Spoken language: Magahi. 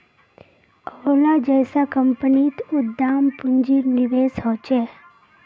ओला जैसा कम्पनीत उद्दाम पून्जिर निवेश होछे